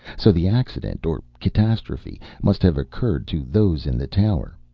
so the accident or catastrophe must have occurred to those in the tower,